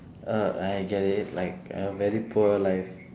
err I get it like a very poor life